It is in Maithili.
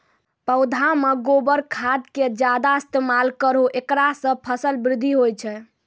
पौधा मे गोबर खाद के ज्यादा इस्तेमाल करौ ऐकरा से फसल बृद्धि होय छै?